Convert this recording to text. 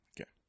Okay